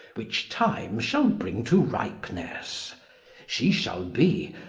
which time shall bring to ripenesse she shall be,